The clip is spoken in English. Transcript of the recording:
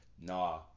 Nah